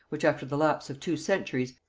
which, after the lapse of two centuries,